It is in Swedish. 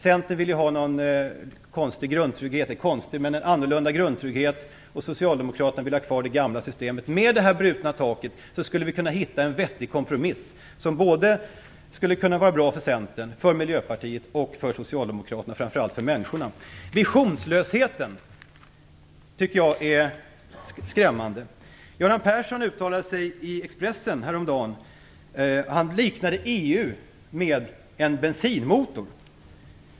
Centern vill ju ha en annorlunda grundtrygghet, och Socialdemokraterna vill ha kvar det gamla systemet. Med ett brutet tak skulle vi alltså kunna hitta en vettig kompromiss som skulle kunna vara bra för Centern, Miljöpartiet, Socialdemokraterna och, framför allt, människorna. Visionslösheten tycker jag är skrämmande. Göran Persson uttalade sig häromdagen i Expressen. Han liknade EU vid en bensinmotor.